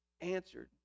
Answered